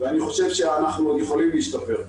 ואני חושב שאנחנו עוד יכולים להשתפר.